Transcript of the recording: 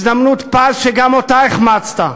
הזדמנות פז שגם אותה החמצת.